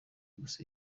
gusa